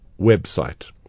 website